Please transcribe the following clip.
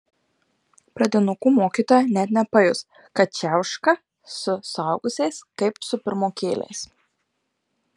pradinukų mokytoja net nepajus kad čiauška su suaugusiais kaip su pirmokėliais